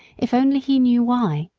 if only he knew why.